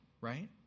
right